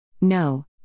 No